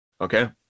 Okay